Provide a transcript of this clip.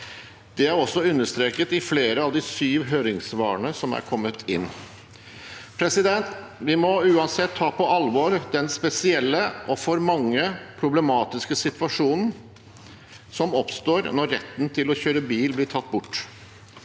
Dette er også understreket i flere av de syv høringssvarene som er kommet inn. Vi må uansett ta på alvor den spesielle – og for mange problematiske – situasjonen som oppstår når retten til å kjøre bil blir tatt bort.